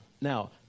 Now